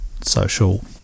social